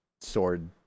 sword